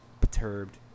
perturbed